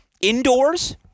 indoors